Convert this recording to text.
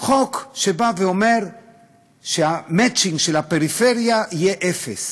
חוק שבא ואומר שהמצ'ינג של הפריפריה יהיה אפס,